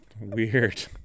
weird